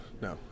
no